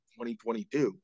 2022